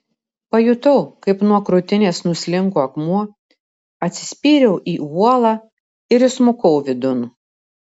pajutau kaip nuo krūtinės nuslinko akmuo atsispyriau į uolą ir įsmukau vidun